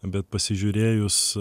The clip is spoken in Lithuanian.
bet pasižiūrėjus